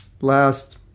last